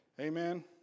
Amen